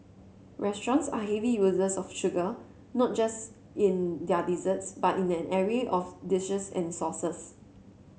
restaurants are heavy users of sugar not just in their disease but in an array of dishes and sauces